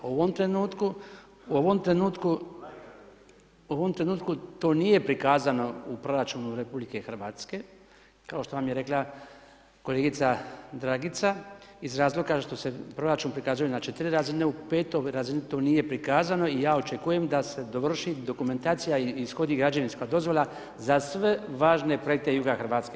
U ovom trenutku, to nije prikazano u proračunu RH, kao što vam je rekla kolegica Dragica, iz razloga, što se proračun prikazuje na 4 razine, u 5 razini to nije prikazano i ja očekujem da se dovrši dokumentacija ishodi građevinska dozvola, za sve važne projekte juga Hrvatske.